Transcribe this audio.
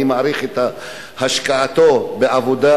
אני מעריך את השקעתו בעבודה